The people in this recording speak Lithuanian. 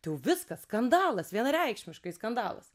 tai jau viskas skandalas vienareikšmiškai skandalas